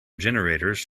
generators